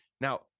now